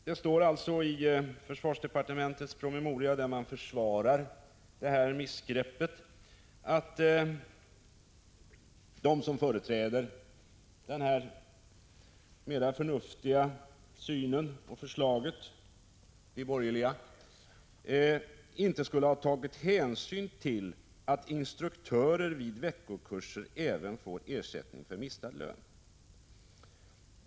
Det står i försvarsdepartementets promemoria, där man försvarar detta missgrepp, att de som företräder den mera förnuftiga synen på förslaget — de borgerliga — inte skulle ha tagit hänsyn till att instruktörer vid veckokurser även får ersättning för mistad lön.